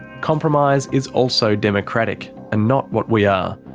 compromise is also democratic and not what we are.